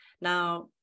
Now